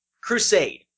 Crusade